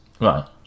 Right